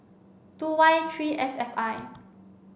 two Y three S F I